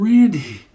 Randy